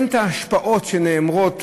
אין ההשפעות שנאמרות,